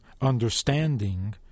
understanding